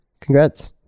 Congrats